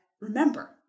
remember